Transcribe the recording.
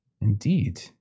Indeed